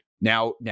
Now